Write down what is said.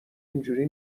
اینجوری